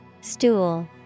Stool